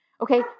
Okay